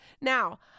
Now